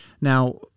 Now